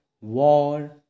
war